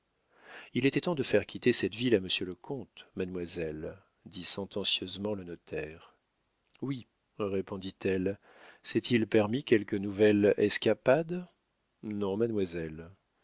il était temps de faire quitter cette ville à monsieur le comte mademoiselle dit sentencieusement le notaire oui répondit-elle s'est-il permis quelque nouvelle escapade non mademoiselle